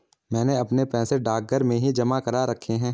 मैंने अपने पैसे डाकघर में ही जमा करा रखे हैं